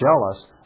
jealous